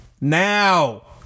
Now